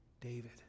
David